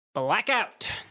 Blackout